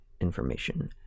information